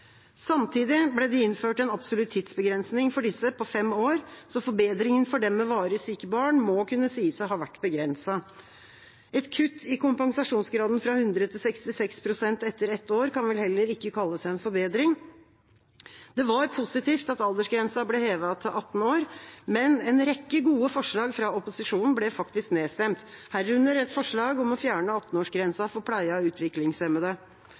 Samtidig ble det innført en absolutt tidsbegrensning for disse på fem år, så forbedringen for dem med varig syke barn må kunne sies å ha vært begrenset. Et kutt i kompensasjonsgraden fra 100 til 66 pst. etter ett år kan vel heller ikke kalles en forbedring. Det var positivt at aldersgrensa ble hevet til 18 år, men en rekke gode forslag fra opposisjonen ble faktisk nedstemt, herunder et forslag om å fjerne 18-årsgrensa for pleie av utviklingshemmede.